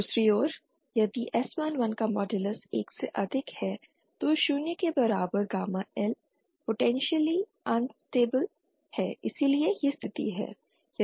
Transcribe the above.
दूसरी ओर यदि s11 का मॉडलस 1 से अधिक है तो शून्य के बराबर गामा L पोटेंशियली अनस्टेबिल है इसलिए यह स्थिति है